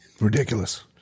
ridiculous